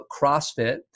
CrossFit